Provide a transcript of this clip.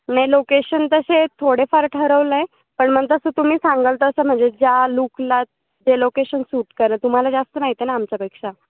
नाही लोकेशन तसे थोडेफार ठरवलं आहे पण मग तसं तुम्ही सांगाल तसं म्हणजे ज्या लुकला जे लोकेशन सूट करेल तुम्हाला जास्त माहीत आहे ना आमच्यापेक्षा